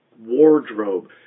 wardrobe